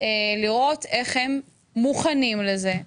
ולראות איך הם מוכנים לזה.